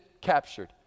captured